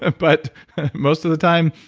ah but most of the time,